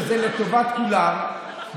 גדול היה פה, והם יבינו שזה לטובת כולם.